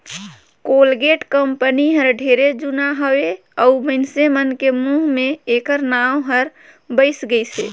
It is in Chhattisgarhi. कोलगेट कंपनी हर ढेरे जुना हवे अऊ मइनसे मन के मुंह मे ऐखर नाव हर बइस गइसे